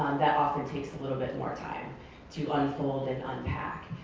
um that often takes a little bit more time to unfold and unpack.